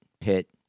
pit